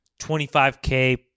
25K